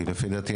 כי לפי דעתי,